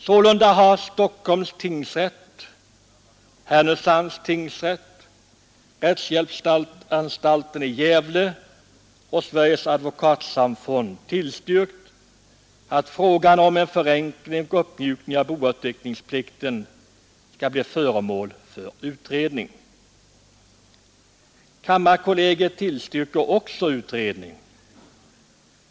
Sålunda har Stockholms tingsrätt, Härnösands tingsrätt, rättshjälpsanstalten i Gävle och Sveriges advokatsamfund tillstyrkt att frågan om en förenkling och uppmjukning av bouppteckningsplikten blir föremål för utredning. Också kammarkollegiet tillstyrker utredning.